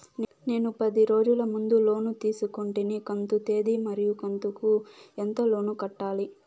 నేను పది రోజుల ముందు లోను తీసుకొంటిని కంతు తేది మరియు కంతు కు ఎంత లోను కట్టాలి?